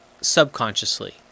Subconsciously